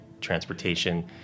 transportation